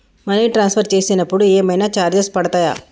Money transfer చేసినప్పుడు ఏమైనా charges పడతయా?